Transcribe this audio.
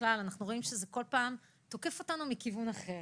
אנחנו רואים שכל פעם זה תוקף אותנו מכיוון אחר